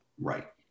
right